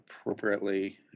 appropriately